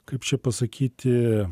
kaip čia pasakyti